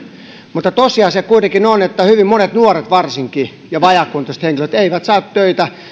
mutta tosiasia kuitenkin on että hyvin monet nuoret varsinkin ja vajaakuntoiset henkilöt eivät saa töitä